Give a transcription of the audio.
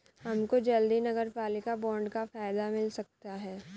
हमको जल्द ही नगरपालिका बॉन्ड का फायदा मिल सकता है